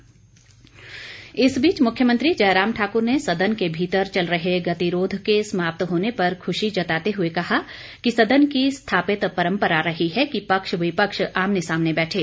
मुख्यमंत्री इस बीच मुख्यमंत्री जयराम ठाक्र ने सदन के भीतर चल रहे गतिरोध के समाप्त होने पर ख्शी जताते हुए कहा कि सदन की स्थापित परंपरा रही है कि पक्ष विपक्ष आमने सामने बैठे